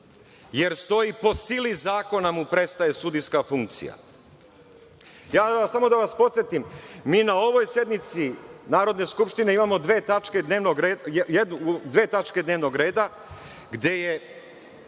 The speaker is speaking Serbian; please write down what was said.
jer po sili zakona mu prestaje sudijska funkcija. Samo da vas podsetim, mi na ovoj sednici Narodne skupštine imamo dve tačke dnevnog reda gde je